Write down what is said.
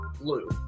blue